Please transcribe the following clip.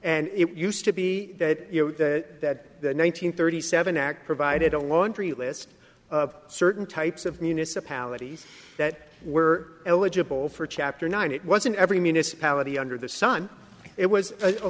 and it used to be that you know that one nine hundred thirty seven act provided a laundry list of certain types of municipalities that were eligible for chapter nine it wasn't every municipality under the sun it was a